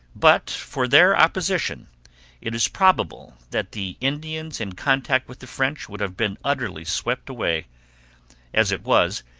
but for their opposition it is probable that the indians in contact with the french would have been utterly swept away as it was,